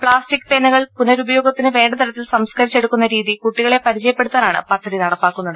plastic പേനകൾ പുനരുപയോഗത്തിന് വേണ്ടതരത്തിൽ സംസ്കരിച്ചെടുക്കുന്ന രീതി കുട്ടികളെ പരിചയപ്പെടുത്താനാണ് പദ്ധതി നടപ്പാക്കുന്നത്